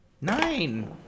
Nine